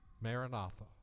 Maranatha